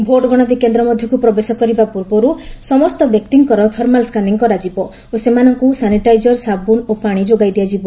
vote ଗଣତି କେନ୍ଦ୍ର ମଧ୍ୟକୁ ପ୍ରବେଶ କରିବା ପୂର୍ବରୁ ସମସ୍ତ ବ୍ୟକ୍ତିଙ୍କର ଥର୍ମାଲ୍ ସ୍କାନିଂ କରାଯିବ ଓ ସେମାନଙ୍କୁ ସାନିଟାଇଜର ସାବୁନ ଓ ପାଣି ଯୋଗାଇ ଦିଆଯିବ